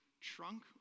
Trunk